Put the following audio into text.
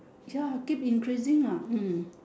ya keep increasing ah hmm